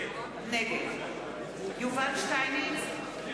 נגד יובל שטייניץ,